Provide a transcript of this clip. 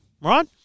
right